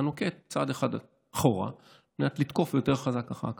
אתה נוקט צעד אחד אחורה על מנת לתקוף יותר חזק אחר כך.